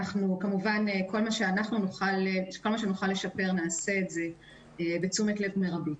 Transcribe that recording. כל מה שאנחנו נוכל לשפר, נעשה בתשומת לב מרבית.